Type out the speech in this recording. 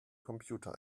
computer